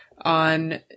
on